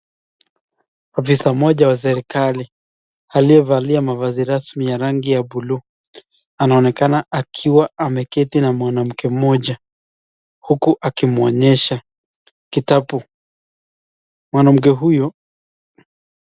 Afisa mmoja wa serikali aliyevalia mavazi rasmi ya rangi ya bluu anaonekana akiwa ameketi na mwanamke mmoja, huku akimuonyesha kitabu. mwanamke huyo.